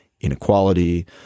Inequality